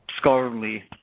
scholarly